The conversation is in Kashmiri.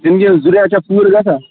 دُنیاہٕچ ضروٗرِیات چھا پوٗرٕ گَژھان